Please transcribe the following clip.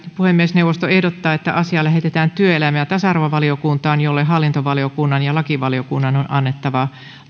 puhemiesneuvosto ehdottaa että asia lähetetään työelämä ja tasa arvovaliokuntaan jolle hallintovaliokunnan ja lakivaliokunnan on annettava